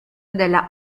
della